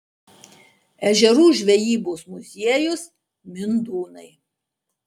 ežerų žvejybos muziejus mindūnai